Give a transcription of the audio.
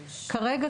כרגע,